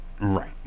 right